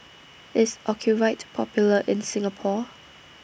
IS Ocuvite Popular in Singapore